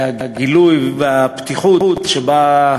והגילוי והפתיחות שבהם